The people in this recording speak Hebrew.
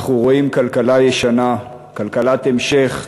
אנחנו רואים כלכלה ישנה, כלכלת המשך,